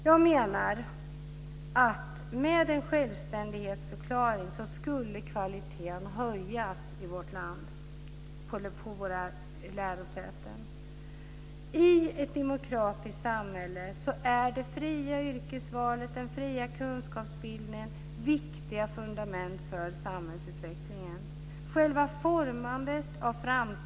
Jag menar att med en självständighetsförklaring så skulle kvaliteten höjas på våra lärosäten i landet.